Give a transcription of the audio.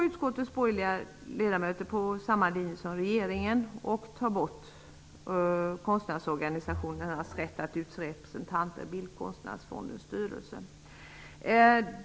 Utskottets borgerliga ledamöter följer här samma linje som regeringen och vill avskaffa konstnärsorganisationernas rätt att utse representanter i bildkonstnärsfondens styrelse.